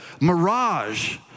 mirage